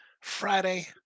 Friday